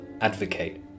Advocate